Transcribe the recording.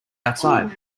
outside